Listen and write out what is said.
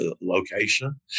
location